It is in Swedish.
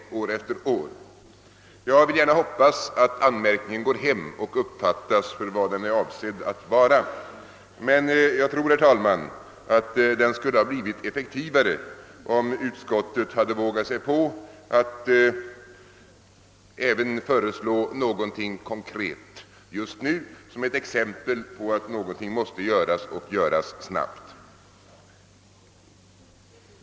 Jag hoppas att den anmärkningen går hem och uppfattas för vad den är avsedd att vara. Jag tror också att anmärkningen skulle ha blivit effektivare, om utskottet hade vågat sig på att föreslå något konkret nu såsom ett exempel på att något måste göras och göras snabbt.